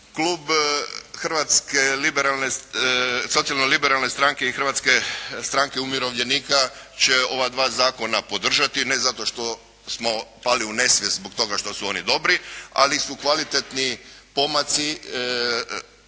klub Hrvatske socijalno-liberalne stranke i Hrvatske stranke umirovljenika će ova dva zakona podržati ne zato što smo pali u nesvijest zbog toga što su oni dobri, ali su kvalitetni pomaci, pomaci